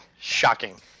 Shocking